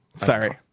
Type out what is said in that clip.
Sorry